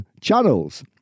channels